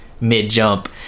mid-jump